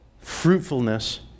Fruitfulness